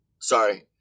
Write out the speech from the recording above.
sorry